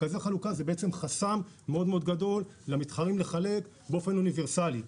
מרכזי חלוקה זה חסם מאוד גדול למתחרים לחלק באופן אוניברסאלי.